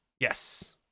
yes